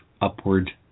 upward